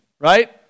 right